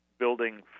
building